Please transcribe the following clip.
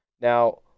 Now